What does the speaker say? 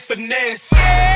Finesse